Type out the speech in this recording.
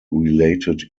related